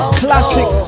classic